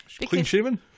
Clean-shaven